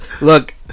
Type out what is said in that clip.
look